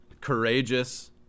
courageous